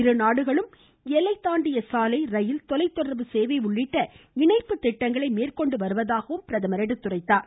இருநாடுகளும் எல்லைதாண்டிய சாலை ரயில் தொலைதொடா்பு சேவை உள்ளிட்ட இணைப்பு திட்டங்களை மேற்கொண்டு வருவதாகவும் அவர் சுட்டிக்காட்டினார்